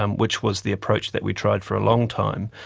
um which was the approach that we tried for a long time,